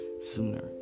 sooner